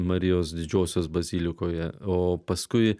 marijos didžiosios bazilikoje o paskui